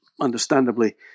understandably